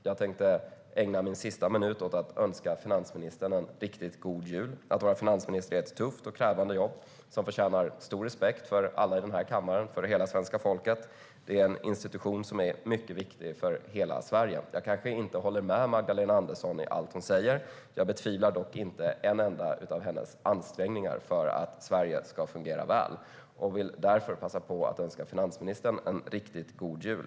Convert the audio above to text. Jag tänkte ägna min sista minut åt att önska finansministern en riktigt god jul. Att vara finansminister är ett tufft och krävande jobb som förtjänar stor respekt av alla i den här kammaren och av hela svenska folket. Det är en institution som är mycket viktig för hela Sverige. Jag kanske inte håller med Magdalena Andersson om allt som hon säger. Jag ifrågasätter dock inte en enda av hennes ansträngningar för att Sverige ska fungera väl. Jag vill därför passa på att önska finansministern en riktigt god jul.